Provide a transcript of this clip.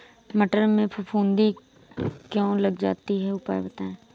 मटर में फफूंदी क्यो लग जाती है उपाय बताएं?